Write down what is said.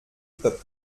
peuple